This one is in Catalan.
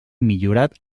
millorat